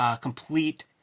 complete